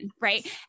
right